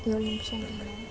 ಏಳು ನಿಮಿಷ ಆಗಲಿಲ್ವಾ